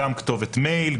גם כתובת מייל,